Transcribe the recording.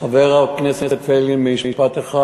חבר הכנסת פייגלין, משפט אחד.